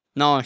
no